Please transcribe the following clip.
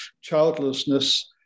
childlessness